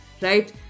right